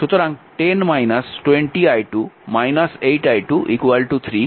সুতরাং 10 20 i2 8 i2 3